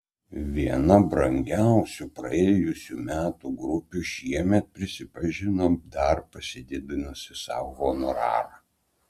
viena brangiausių praėjusių metų grupių šiemet prisipažino dar pasididinusi sau honorarą